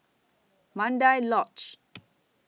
Mandai Lodge